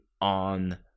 on